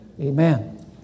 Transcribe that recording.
Amen